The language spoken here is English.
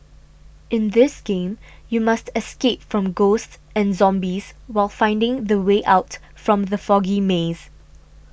in this game you must escape from ghosts and zombies while finding the way out from the foggy maze